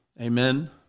Amen